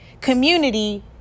community